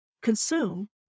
consume